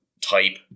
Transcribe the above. type